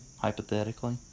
hypothetically